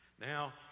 Now